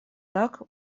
так